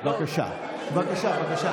בבקשה, בבקשה.